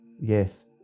yes